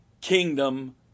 Kingdom